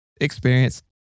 experience